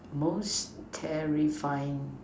most terrifying